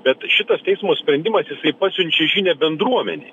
bet šitas teismo sprendimas jisai pasiunčia žinią bendruomenei